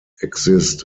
exist